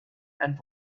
and